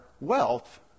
wealth